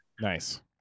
Nice